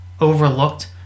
overlooked